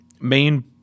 main